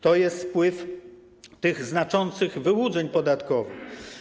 To jest wpływ tych znaczących wyłudzeń podatkowych.